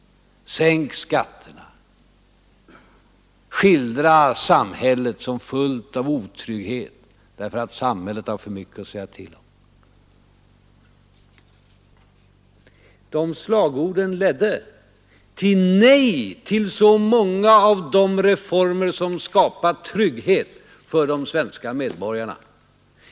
Sänk skatterna! Skildra samhället som fullt av otrygghet, därför att samhället har för mycket att säga till om! De slagorden ledde till nej till så många av de reformer som skapat trygghet för de svenska medborgarna.